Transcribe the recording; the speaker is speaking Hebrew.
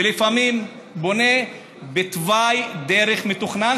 ולפעמים בונים בתוואי דרך מתוכנן,